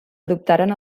adoptaren